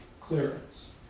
clearance